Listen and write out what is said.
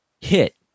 hit